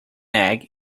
egg